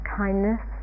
kindness